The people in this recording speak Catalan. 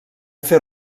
fer